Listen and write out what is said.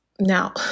Now